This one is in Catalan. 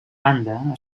banda